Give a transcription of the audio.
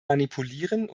manipulieren